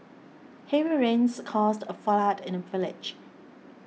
heavy rains caused a flood in the village